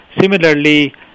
Similarly